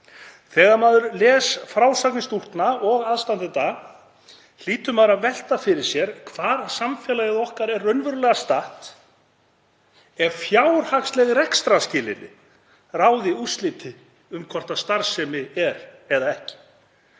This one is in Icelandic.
Þegar maður les frásagnir stúlkna og aðstandenda hlýtur maður að velta fyrir sér hvar samfélagið okkar er raunverulega statt ef fjárhagsleg rekstrarskilyrði ráða úrslitum um hvort starfsemi er eða ekki.